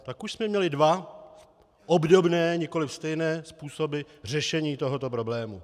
Pak už jsme měli dva obdobné, nikoli stejné, způsoby řešení tohoto problému.